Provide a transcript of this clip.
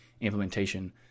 implementation